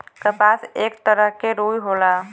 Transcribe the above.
कपास एक तरह के रुई होला